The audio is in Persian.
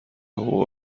حقوق